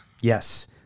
Yes